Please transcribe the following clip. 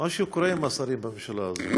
משהו קורה עם השרים בממשלה הזאת.